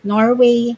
Norway